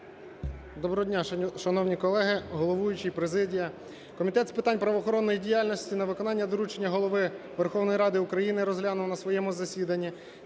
Доброго дня, шановні колеги, головуючий, президія! Комітет з питань правоохоронної діяльності на виконання доручення Голови Верховної Ради України розглянув на своєму засіданні